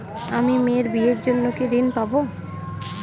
আমি মেয়ের বিয়ের জন্য কি ঋণ পাবো?